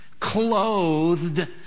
clothed